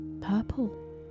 purple